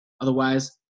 Otherwise